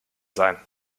sein